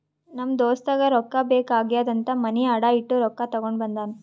ನಮ್ ದೋಸ್ತಗ ರೊಕ್ಕಾ ಬೇಕ್ ಆಗ್ಯಾದ್ ಅಂತ್ ಮನಿ ಅಡಾ ಇಟ್ಟು ರೊಕ್ಕಾ ತಗೊಂಡ ಬಂದಾನ್